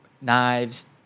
knives